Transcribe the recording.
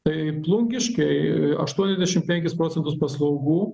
tai plungiškiai aštuoniasdešimt penkis procentus paslaugų